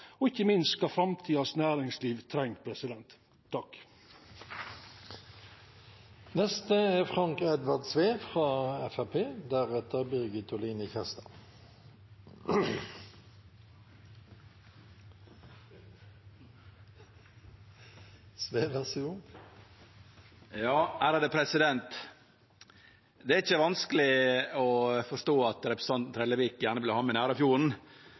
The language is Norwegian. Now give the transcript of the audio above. og ikkje minst med tanke på kva framtidas næringsliv treng. Det er ikkje vanskeleg å forstå at representanten Trellevik gjerne ville ha